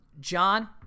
John